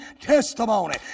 testimony